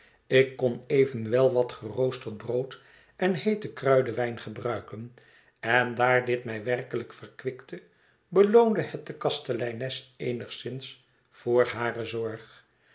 ik kon evenwel wat geroosterd brood en heeten kruidenwijn gebruiken en daar dit mij werkelijk verkwikte beloonde het de kasteleines eenigszins voor hare zorg